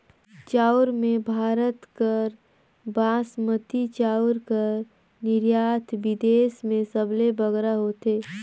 चाँउर में भारत कर बासमती चाउर कर निरयात बिदेस में सबले बगरा होथे